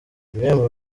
ibihembo